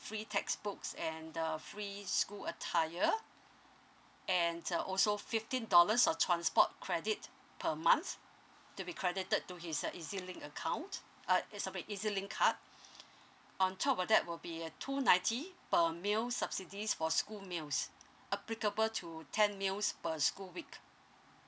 free textbooks and uh free school attire and uh also fifteen dollars of transport credit per month to be credited to his uh ezlink account uh is sorry ezlink card on top of that will be a two ninety per meal subsidies for school meals applicable to ten meals per school week